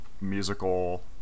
musical